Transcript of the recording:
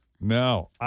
No